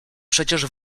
przecież